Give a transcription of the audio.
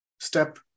step